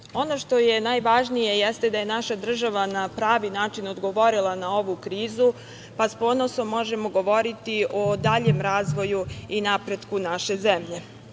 što je najvažnije jeste da je naša država na pravi način odgovorila na ovu krizu, pa s ponosom možemo govoriti o daljem razvoju i napretku naše zemlje. Moram